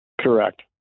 Correct